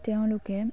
তেওঁলোকে